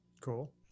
Cool